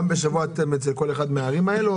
פעם בשבוע אתם בכל אחת מהערים האלו?